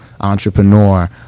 entrepreneur